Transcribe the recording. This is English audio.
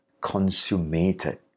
consummated